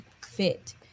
fit